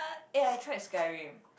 eh I tried Skyrim